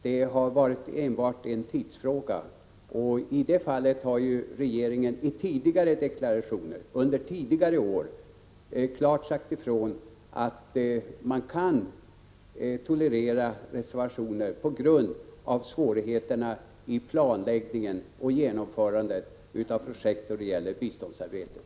Det har varit enbart en tidsfråga, och i det här fallet har ju regeringen i tidigare deklarationer under tidigare år klart sagt ifrån att man kan tolerera reservationer på grund av svårigheterna i planläggningen och genomförandet av projekt då det gäller biståndsarbetet.